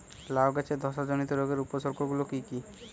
লাউ গাছের ধসা জনিত রোগের উপসর্গ গুলো কি কি?